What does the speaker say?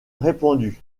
répandu